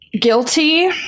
guilty